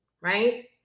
Right